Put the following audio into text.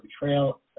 betrayal